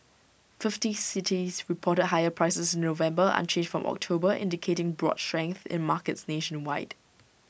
fifty cities reported higher prices November unchanged from October indicating broad strength in markets nationwide